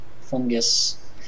fungus